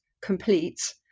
complete